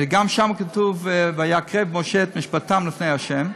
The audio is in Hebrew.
וגם שם כתוב: "ויקרב משה את משפטן לפני ה'".